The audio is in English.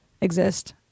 exist